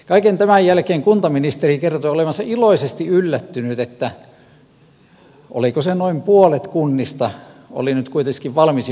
kaiken tämän jälkeen kuntaministeri kertoi olevansa iloisesti yllättynyt että oliko se noin puolet kunnista oli nyt kuitenkin valmis johonkin selvityksiin